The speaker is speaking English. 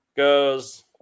goes